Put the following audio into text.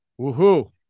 Woohoo